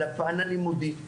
לפן הלימודי,